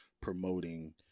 promoting